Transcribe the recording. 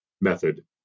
method